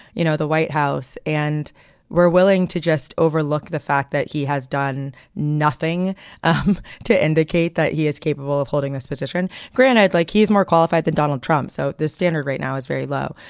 you know, the white house. and we're willing to just overlook the fact that he has done nothing um to indicate that he is capable of holding this position. granted, like he's more qualified than donald trump. so the standard right now is very low.